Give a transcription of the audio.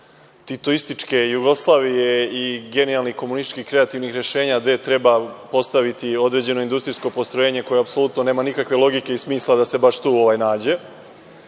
titoističke Jugoslavije i genijalnih komunističkih kreativnih rešenja gde treba postaviti određeno industrijsko postrojenje koje apsolutno nema nikakve logike ni smisla da se baš tu nađe,